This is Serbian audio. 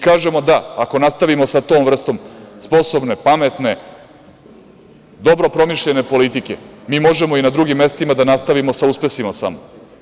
Kažemo – da, ako nastavimo sa tom vrstom sposobne, pametne, dobro promišljene politike, mi možemo i na drugim mestima da nastavimo sa uspesima samo.